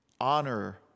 Honor